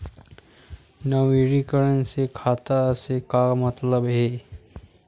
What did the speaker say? नवीनीकरण से खाता से का मतलब हे?